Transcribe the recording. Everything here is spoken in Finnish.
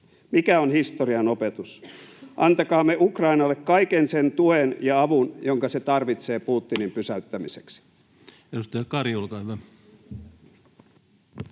Mikä on historian opetus? Antakaamme Ukrainalle kaikki se tuki ja apu, jonka se tarvitsee Putinin pysäyttämiseksi. [Speech 59] Speaker: